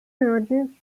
northern